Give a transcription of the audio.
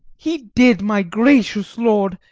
he did, my gracious lord,